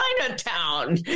Chinatown